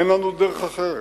אין לנו דרך אחרת.